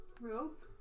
Rope